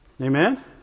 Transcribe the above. Amen